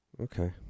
Okay